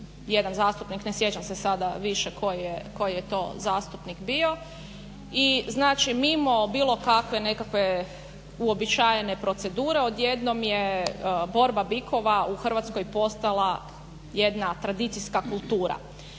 jedan zastupnik, ne sjećam se sada više koji je to zastupnik bio, i znači mimo bilo kakve nekakve uobičajene procedure odjednom je borba bikova u Hrvatskoj postala jedna tradicijska kultura.